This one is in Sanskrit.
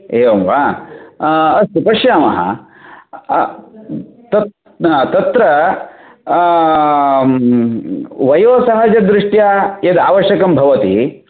एवं वा अ अस्तु पश्यामः तत् ह तत्र वयोसहजदृष्ट्या यद् आवश्यकं भवति